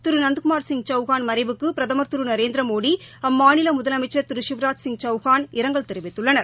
திரு நந்த்குமார் சிங் செஹான் மறைவுக்கு பிரதமர் திரு நரேந்திரமோடி அம்மாநில முதலமைச்சர் திரு சிவ்ராஜ் சிங் சௌஹானும் இரங்கல் தெரிவித்துள்ளனர்